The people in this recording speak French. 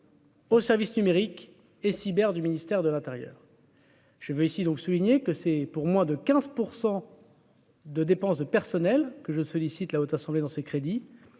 Au service numérique et cyber du ministère de l'Intérieur. Je veux ici donc souligner que c'est pour moi de 15 pour 100 de dépenses de personnel que je sollicite la haute assemblée dans ces crédits